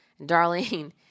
Darlene